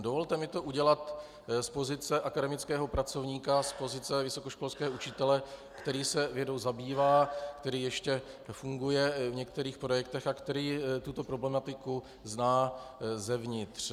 Dovolte mi to udělat z pozice akademického pracovníka, z pozice vysokoškolského učitele, který se vědou zabývá, který ještě funguje v některých projektech a který tuto problematiku zná zevnitř.